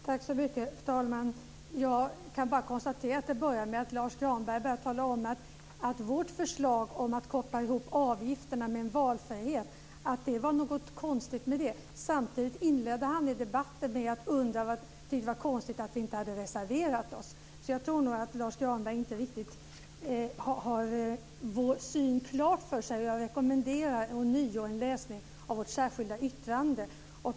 Fru talman! Jag kan bara konstatera att det började med att Lars Granberg talade om att det var något konstigt med vårt förslag om att koppla ihop avgifterna med en valfrihet. Samtidigt inledde han debatten med att tycka att det var konstigt att vi inte hade reserverat oss. Jag tror nog att Lars Granberg inte riktigt har vår syn klar för sig. Jag rekommenderar ånyo en läsning av vårt särskilda yttrande.